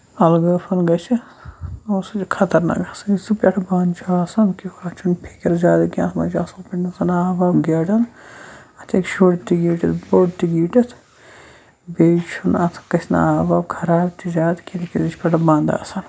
اَلہٕ غٲبن زَن گژھِ سُہ چھُ خَطرناکھ آسان یُس بیٚیہِ پٮ۪ٹھٕ بانہٕ چھُ آسان اَتھ چھُنہٕ فِکِر زیادٕ کیٚنٛہہ اَتھ منٛز چھُ اصٕل پٲٹھۍ آب واب گیٹن اَتھ ہیٚکہِ شُر تہِ گیٖٹِتھ بوٚڑ تہِ گیٖٹِتھ بیٚیہِ چھُنہٕ اَتھ بیٚیہِ گژھِ نہٕ اَتھ آب واب خراب تہِ زیادٕ کیٚنٛہہ یہِ چھُ پٮ۪ٹھٕ بند آسان